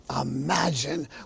imagine